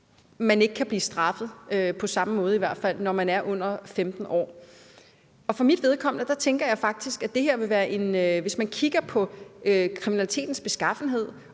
fald ikke kan blive straffet på samme måde, når man er under 15 år. For mit vedkommende tænker jeg faktisk, at hvis man kigger på kriminalitetens beskaffenhed